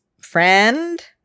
friend